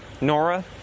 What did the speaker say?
Nora